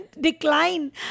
Decline